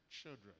children